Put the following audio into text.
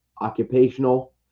occupational